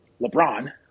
LeBron